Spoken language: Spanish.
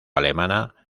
alemana